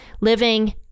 living